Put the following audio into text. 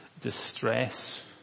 distress